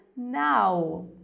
now